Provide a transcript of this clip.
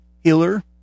healer